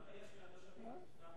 אני אומר לך שיש, מהתושבים.